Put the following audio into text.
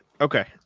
okay